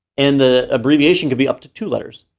and the abbreviation could be up to two letters.